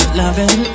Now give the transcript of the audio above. loving